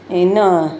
இன்னும்